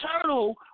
turtle